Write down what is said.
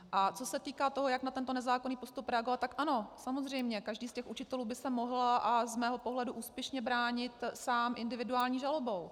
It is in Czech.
A co se týká toho, jak na tento nezákonný postup reagovat, tak ano, samozřejmě každý z těch učitelů by se mohl, a z mého pohledu úspěšně, bránit sám individuální žalobou.